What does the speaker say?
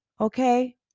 okay